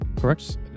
Correct